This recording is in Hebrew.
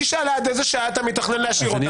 היא שאלה עד איזו שעה אתה מתכנן להשאיר אותנו,